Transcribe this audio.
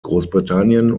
großbritannien